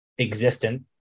existent